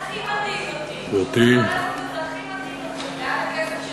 זה הכי מדאיג אותי, שהוא מברך אותו.